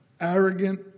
arrogant